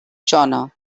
genre